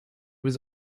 was